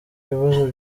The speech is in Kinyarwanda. ibibazo